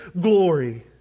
glory